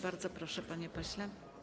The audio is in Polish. Bardzo proszę, panie pośle.